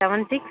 seven six